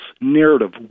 narrative